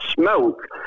smoke